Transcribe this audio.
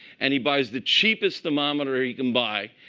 and he buys the cheapest thermometer he can buy.